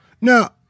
Now